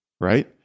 right